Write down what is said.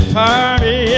party